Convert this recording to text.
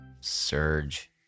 Surge